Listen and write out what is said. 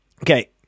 okay